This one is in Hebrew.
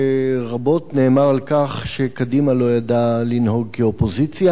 רבות נאמר על כך שקדימה לא ידעה לנהוג כאופוזיציה,